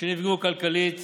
שנפגעו כלכלית